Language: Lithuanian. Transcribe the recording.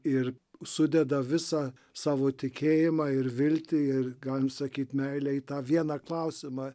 ir sudeda visą savo tikėjimą ir viltį ir galim sakyti meilę į tą vieną klausimą